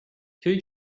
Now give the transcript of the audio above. two